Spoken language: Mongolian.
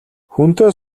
хүнтэй